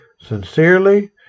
Sincerely